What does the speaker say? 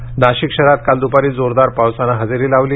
पाऊस नाशिक शहरात काल द्पारी जोरदार पावसानं हजेरी लावली